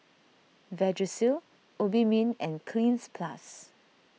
Vagisil Obimin and Cleanz Plus